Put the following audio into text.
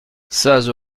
seize